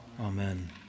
Amen